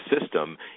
system